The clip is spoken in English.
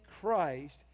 Christ